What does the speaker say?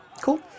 cool